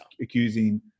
accusing